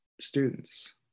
students